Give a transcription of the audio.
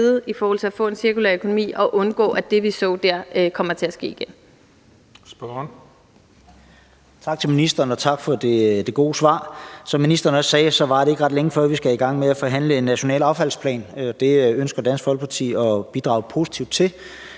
formand (Christian Juhl): Spørgeren. Kl. 19:08 René Christensen (DF): Tak til ministeren, og tak for det gode svar. Som ministeren også sagde, varer det ikke ret længe, før vi skal i gang med at forhandle en national affaldsplan. Det ønsker Dansk Folkeparti at bidrage positivt til,